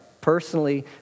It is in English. personally